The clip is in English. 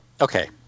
okay